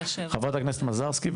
חברת הכנסת מזרסקי.